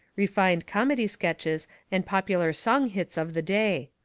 refined comedy sketches and popular song hits of the day.